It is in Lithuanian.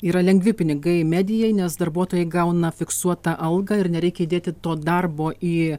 yra lengvi pinigai medijai nes darbuotojai gauna fiksuotą algą ir nereikia dėti to darbo į